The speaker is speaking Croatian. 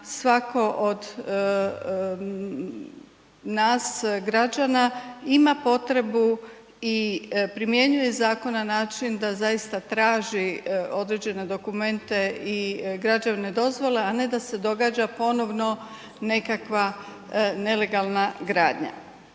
svatko od nas građana ima potrebu i primjenjuje zakon na način da zaista traži određene dokumente i građevne dozvole a ne da se događa ponovno nekakva nelegalna gradnja